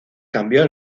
cambió